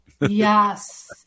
Yes